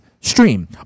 stream